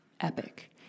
epic